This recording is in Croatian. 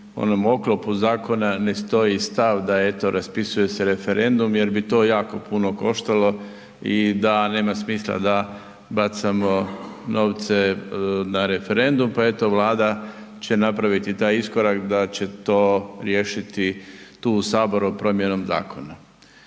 onom oklopu zakona ne stoji stav da evo raspisuje se referendum jer bi to jako puno koštalo i da nema smisla da bacamo novce na referendum, pa eto Vlada će napraviti taj iskorak da će to riješiti tu u saboru promjenom zakona.